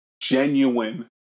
genuine